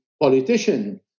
politician